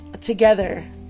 together